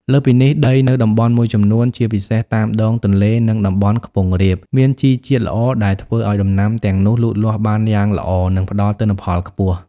លើសពីនេះ ដីនៅតំបន់មួយចំនួន ជាពិសេសតាមដងទន្លេ និងតំបន់ខ្ពង់រាប មានជីជាតិល្អដែលធ្វើឱ្យដំណាំទាំងនោះលូតលាស់បានយ៉ាងល្អ និងផ្តល់ទិន្នផលខ្ពស់។